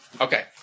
Okay